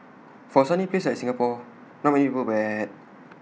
for A sunny place like Singapore not many people wear A hat